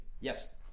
Yes